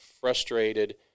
frustrated